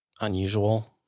unusual